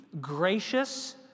gracious